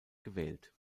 gewählt